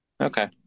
Okay